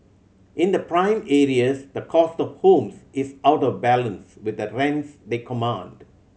in the prime areas the cost of homes is out of balance with the rents they command